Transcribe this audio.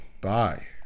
bye